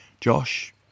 Josh